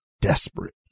desperate